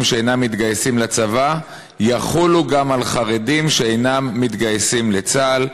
שאינם מתגייסים לצבא יחולו גם על חרדים שאינם מתגייסים לצה"ל.